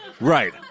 Right